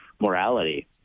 morality